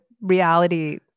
reality